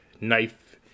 Knife